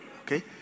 Okay